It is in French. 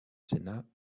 sénat